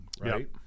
right